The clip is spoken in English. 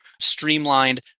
streamlined